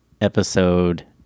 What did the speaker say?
episode